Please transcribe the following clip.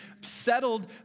settled